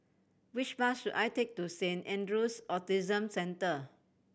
which bus should I take to Saint Andrew's Autism Centre